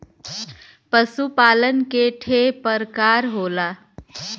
पशु पालन के ठे परकार होला